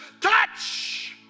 Touch